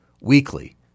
weekly